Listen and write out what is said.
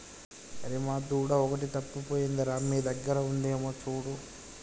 రీమా దూడ ఒకటి తప్పిపోయింది రా మీ దగ్గర ఉందేమో చూడు